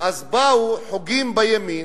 אז באו חוגים בימין,